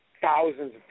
thousands